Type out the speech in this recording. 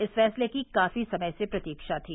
इस फैसले की काफी समय से प्रतीक्षा थी